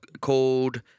called